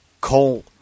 coal